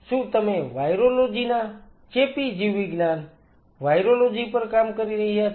શું તમે વાઈરોલોજી ના ચેપી જીવવિજ્ઞાન વાઈરોલોજી પર કામ કરી રહ્યા છો